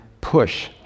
push